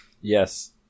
Yes